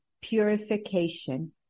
purification